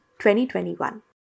2021